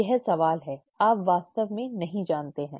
यह सवाल है आप वास्तव में नहीं जानते हैं